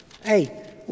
Hey